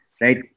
right